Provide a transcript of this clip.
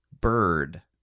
bird